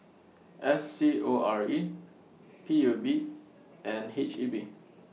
S C O R E P U B and H E B